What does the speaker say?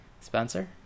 Spencer